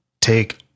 Take